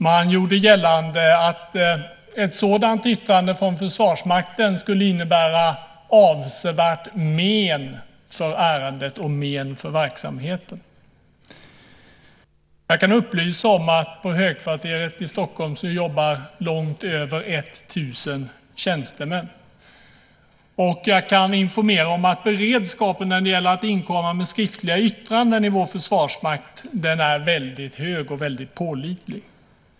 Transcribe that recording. Man gjorde gällande att ett sådant yttrande från Försvarsmakten skulle innebära avsevärt men för ärendet och men för verksamheten. Jag kan upplysa om att det på Högkvarteret i Stockholm jobbar långt över 1 000 tjänstemän. Jag kan också informera om att beredskapen när det gäller att inkomma med skriftliga yttranden i vår Försvarsmakt är väldigt hög och väldigt pålitlig.